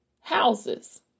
houses